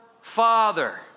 Father